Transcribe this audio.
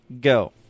go